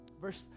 verse